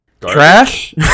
Trash